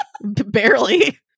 barely